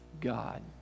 God